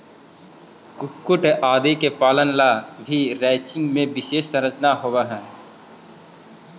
कुक्कुट आदि के पालन ला भी रैंचिंग में विशेष संरचनाएं होवअ हई